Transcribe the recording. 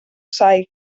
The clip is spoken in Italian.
sai